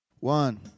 One